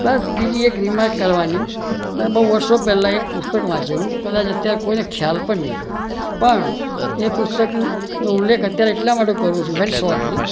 બસ બીજી એક રીમાર્ક કરવાની મેં બહુ વર્ષો પહેલા એક પુસ્તક વાંચેલું કદાચ અત્યાર કોઈને ખ્યાલ પણ નહીં હોય પણ એ પુસ્તકનો ઉલ્લેખ અત્યારે એટલા માટે કરું છું